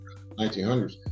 1900s